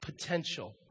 potential